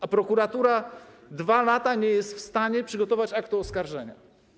A prokuratura od 2 lat nie jest w stanie przygotować aktu oskarżenia.